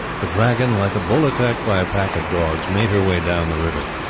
the dragon, like a bull attacked by a pack of dogs, made her way down the river.